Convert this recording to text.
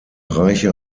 reiche